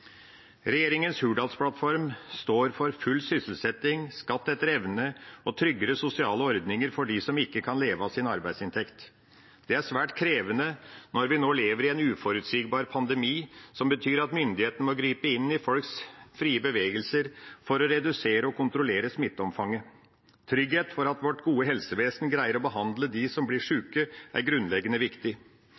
Hurdalsplattform står for full sysselsetting, skatt etter evne og tryggere sosiale ordninger for dem som ikke kan leve av sin arbeidsinntekt. Det er svært krevende når vi nå lever i en uforutsigbar pandemi, noe som betyr at myndighetene må gripe inn i folks frie bevegelser for å redusere og kontrollere smitteomfanget. Trygghet for at vårt gode helsevesen greier å behandle de som blir syke, er grunnleggende viktig.